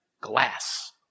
glass